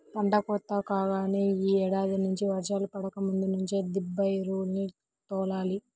పంట కోత కాగానే యీ ఏడాది నుంచి వర్షాలు పడకముందు నుంచే దిబ్బ ఎరువుల్ని తోలాలి